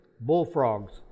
bullfrogs